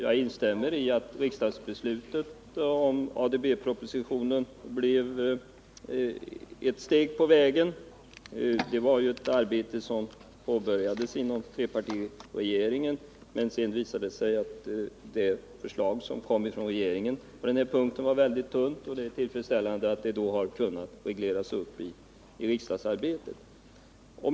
Jag instämmer i att riksdagsbeslutet om ADB-propositionen blev ett steg på vägen. Arbetet påbörjades ju inom trepartiregeringen. Sedan visade det sig att regeringens förslag var mycket tunt på den här punkten. Därför är det tillfredsställande att det har kunnat ske en reglering under riksdagsarbetet.